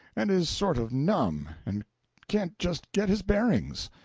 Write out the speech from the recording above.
and is sort of numb, and can't just get his bearings.